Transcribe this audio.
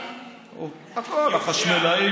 אבל מה זה חשוב?